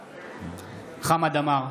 בעד חמד עמאר,